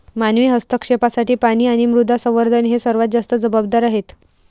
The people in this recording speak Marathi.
मानवी हस्तक्षेपासाठी पाणी आणि मृदा संवर्धन हे सर्वात जास्त जबाबदार आहेत